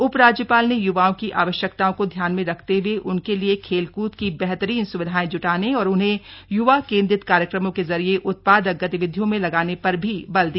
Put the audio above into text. उपराज्यपाल ने युवाओं की अवश्यकताओं को ध्यान में रखते हुए उनके लिए खेल कूद की बेहतरीन सुविधाएं जुटाने और उन्हें युवा केन्द्रित कार्यक्रमों के जरिए उत्पादक गतिविधियों में लगाने पर भी बल दिया